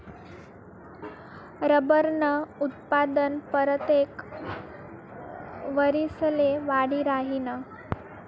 रबरनं उत्पादन परतेक वरिसले वाढी राहीनं